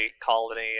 colony